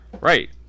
Right